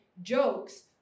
Jokes